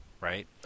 right